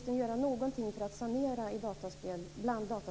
De är mycket realistiskt gjorda.